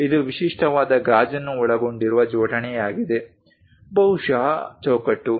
ಇದು ವಿಶಿಷ್ಟವಾದ ಗಾಜನ್ನು ಒಳಗೊಂಡಿರುವ ಜೋಡಣೆಯಾಗಿದೆ ಬಹುಶಃ ಚೌಕಟ್ಟು